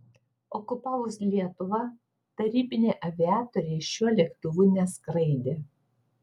okupavus lietuvą tarybiniai aviatoriai šiuo lėktuvu neskraidė